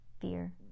Fear